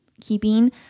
keeping